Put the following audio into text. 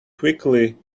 quickly